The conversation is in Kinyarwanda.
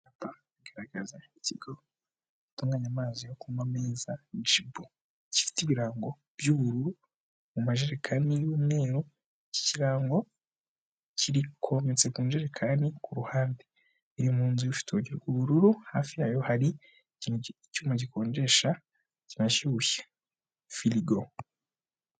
Icyapa kigaragaza ikigo gitunganya amazi yo kunywa meza Jibu, gifite ibirango by'ubururu mu majerekani y'umweru, iki kirango cyometse ku njerekani ku ruhande, ziri mu nzu ifite urugi rw'ubururu, hafi yayo hari icyuma gikonjesha kinashyushya, firigo.